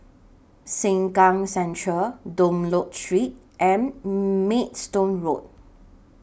Sengkang Central Dunlop Street and Maidstone Road